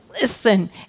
listen